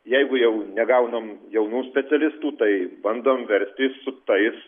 jeigu jau negaunam jaunų specialistų tai bandom verstis su tais